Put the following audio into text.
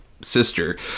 sister